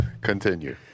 Continue